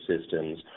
systems